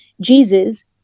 Jesus